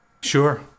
Sure